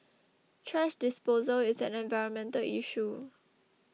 thrash disposal is an environmental issue